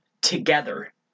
together